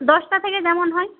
দশটা থেকে যেমন হয়